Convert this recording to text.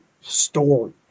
story